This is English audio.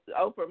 Oprah